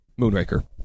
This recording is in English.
Moonraker